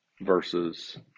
versus